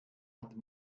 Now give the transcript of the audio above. hat